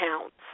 counts